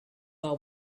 are